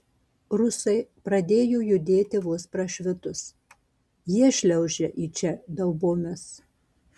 rusai pradėjo judėti vos prašvitus jie šliaužia į čia daubomis